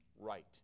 right